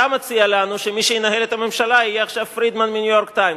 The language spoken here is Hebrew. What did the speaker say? אתה מציע לנו שמי שינהל את הממשלה עכשיו יהיה פרידמן מ"ניו-יורק טיימס".